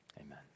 amen